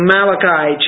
Malachi